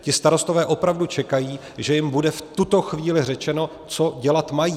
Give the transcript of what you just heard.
Ti starostové opravdu čekají, že jim bude v tuto chvíli řečeno, co dělat mají.